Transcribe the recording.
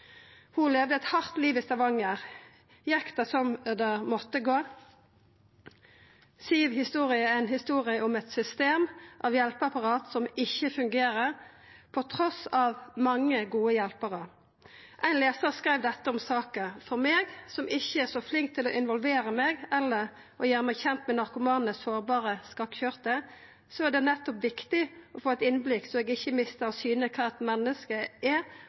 Ho levde eit hardt liv i Stavanger. Gjekk det som det måtte gå? Siws historie er ei historie om eit system av hjelpeapparat som ikkje fungerer, trass i mange gode hjelparar. Ein lesar skreiv dette om saka: «For meg, som ikke er så flink til å involvere meg eller gjøre meg kjent med narkomane, sårbare og skakkjørte, så er det nettopp viktig å få et innblikk, så jeg ikke mister av syne hva et menneske er,